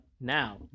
Now